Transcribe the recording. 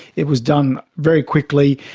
it was done very quickly,